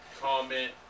comment